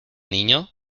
niño